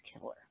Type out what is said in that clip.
killer